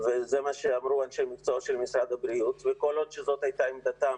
וזה מה שאמרו אנשי מקצוע של משרד הבריאות וכל עוד זאת הייתה עמדתם,